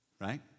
Right